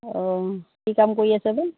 অ' কি কাম কৰি আছে বা